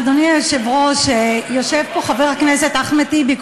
אדוני היושב-ראש, יושב פה חבר הכנסת אחמד טיבי.